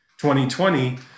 2020